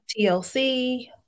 TLC